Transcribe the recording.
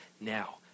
now